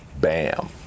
bam